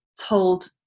told